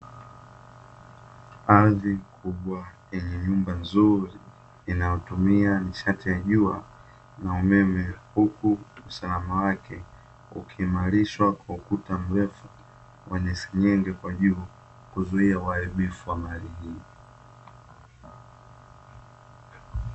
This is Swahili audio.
Ardhi kubwa, yenye nyumba nzuri inayotumia nishati ya jua na umeme. Huku usalama wake ukiimarishwa kwa ukuta mrefu wenye seng'enge kwa juu, kuzuia uharibifu wa mali hii.